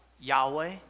Yahweh